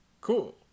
Cool